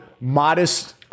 modest